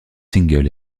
singles